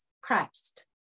Christ